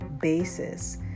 basis